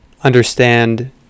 understand